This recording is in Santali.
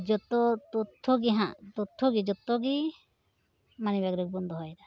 ᱡᱚᱛᱚ ᱛᱚᱛᱛᱷᱚᱭᱚ ᱜᱤᱦᱟᱸᱜ ᱛᱚᱛᱛᱷᱭᱚᱜᱤ ᱢᱟᱱᱤᱵᱮᱜᱽ ᱨᱤᱜᱤ ᱵᱚᱱ ᱫᱚᱦᱚᱭᱮᱫᱟ